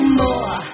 more